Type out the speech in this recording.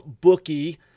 bookie